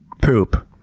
poop.